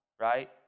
right